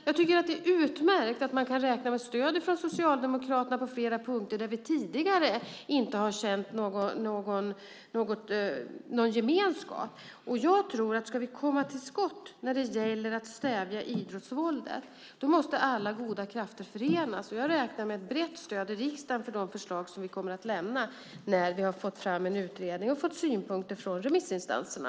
Jag tycker att det är utmärkt att man kan räkna med stöd från Socialdemokraterna på flera punkter där vi tidigare inte har känt någon gemenskap. Jag tror att om vi ska komma till skott när det gäller att stävja idrottsvåldet måste alla goda krafter förenas. Jag räknar med ett brett stöd i riksdagen för de förslag som vi kommer att lägga fram när vi har fått fram en utredning och har fått synpunkter från remissinstanserna.